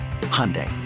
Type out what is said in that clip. Hyundai